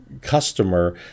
customer